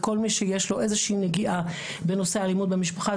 כל מי שיש לו איזו שהיא נגיעה בנושא אלימות במשפחה.